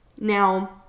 Now